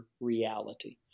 reality